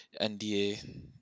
NDA